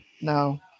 No